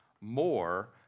more